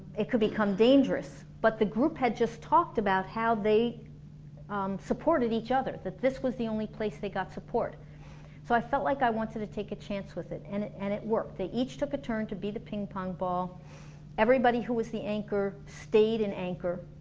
it could become dangerous but the group had just talked about how they supported each other, that this was the only place they got support so i felt like i wanted to take a chance with it and it and it worked. they each took a turn to be the ping pong ball everybody who was the anchor stayed an anchor